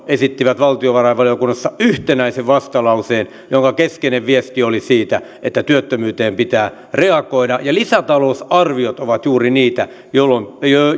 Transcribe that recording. esittivät valtiovarainvaliokunnassa yhtenäisen vastalauseen jonka keskeinen viesti oli siinä että työttömyyteen pitää reagoida lisätalousarviot ovat juuri niitä